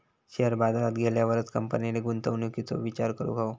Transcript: share बाजारात गेल्यावरच कंपनीन गुंतवणुकीचो विचार करूक हवो